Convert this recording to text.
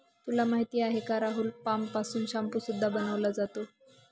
तुला माहिती आहे का राहुल? पाम पासून शाम्पू सुद्धा बनवला जातो